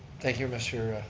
thank you, mister,